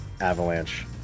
avalanche